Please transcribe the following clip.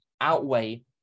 outweigh